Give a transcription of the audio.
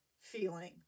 feeling